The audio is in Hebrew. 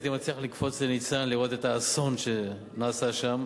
הייתי מציע לך לקפוץ לניצן ולראות את האסון שנעשה שם.